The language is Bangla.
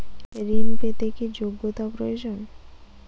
ঋণ পেতে কি যোগ্যতা প্রয়োজন?